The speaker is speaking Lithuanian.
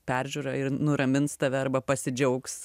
peržiūrą ir nuramins tave arba pasidžiaugs